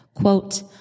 quote